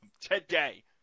today